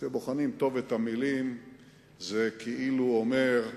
כשבוחנים טוב את המלים זה כאילו הוא אומר: